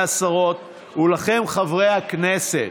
והשרות, ולכם, חברי הכנסת,